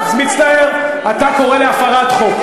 מצטער, אתה קורא להפרת החוק.